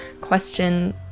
question